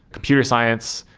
computer science,